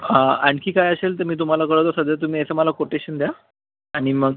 हां आणखी काय असेल तर मी तुम्हाला कळवतो सध्या तुम्ही याचं मला कोटेशन द्या आणि मग